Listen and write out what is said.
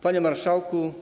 Panie Marszałku!